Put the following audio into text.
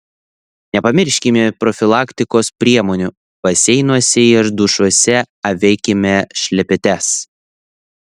nepamirškime profilaktikos priemonių baseinuose ir dušuose avėkime šlepetes